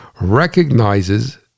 recognizes